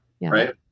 right